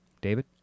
David